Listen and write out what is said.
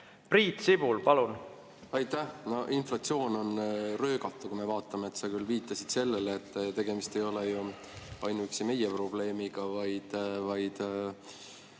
Priit Sibul, palun! Aitäh! No inflatsioon on röögatu, kui me vaatame. Sa küll viitasid sellele, et tegemist ei ole ju ainuüksi meie probleemiga, vaid